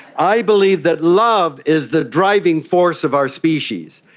i believe that love is the driving force of our species,